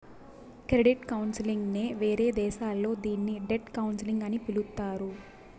credit counselling నే వేరే దేశాల్లో దీన్ని డెట్ కౌన్సిలింగ్ అని పిలుత్తారు